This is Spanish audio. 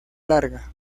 larga